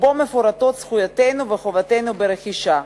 שבו מפורטות זכויותינו וחובותינו ברכישה.